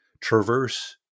traverse